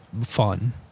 fun